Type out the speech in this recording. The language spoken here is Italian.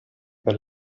per